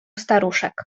staruszek